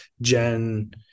gen